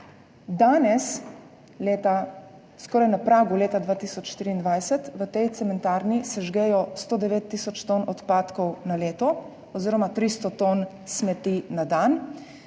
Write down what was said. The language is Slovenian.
skoraj na pragu leta 2023, v tej cementarni sežgejo 109 tisoč ton odpadkov na leto oziroma 300 ton smeti na dan,